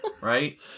right